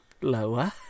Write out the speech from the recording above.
Lower